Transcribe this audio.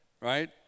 right